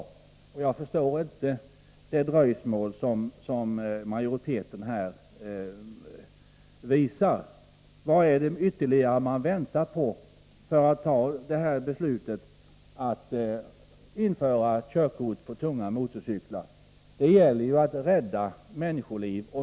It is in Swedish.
Jag förstår inte den tvekan som majoriteten här visar. Vad väntar man ytterligare på, innan man vill fatta beslut om införande av körkort för tung motorcykel. Det gäller ju att rädda människoliv.